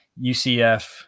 UCF